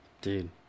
Dude